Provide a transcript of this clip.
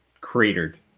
cratered